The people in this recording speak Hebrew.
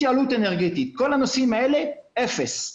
התייעלות אנרגטית כל הנושאים האלה - אפס.